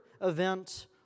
event